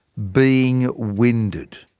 being winded.